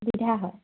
সুবিধা হয়